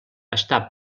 està